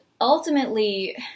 ultimately